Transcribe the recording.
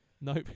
Nope